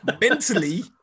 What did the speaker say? mentally